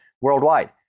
worldwide